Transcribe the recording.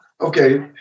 Okay